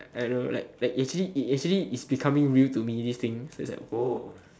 I don't know like like it actually it actually is becoming real to me these kind of thing like oh